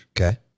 Okay